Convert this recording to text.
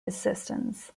assistance